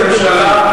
זה לא משנה איזו ממשלה.